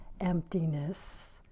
emptiness